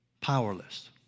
powerless